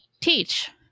teach